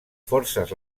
forces